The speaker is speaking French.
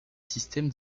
système